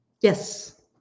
Yes